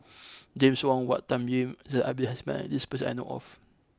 James Wong Tuck Yim Zainal Abidin has met this person that I know of